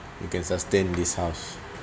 you can sustain this house